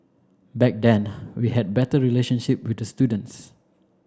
back then we had better relationship with the students